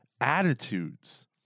attitudes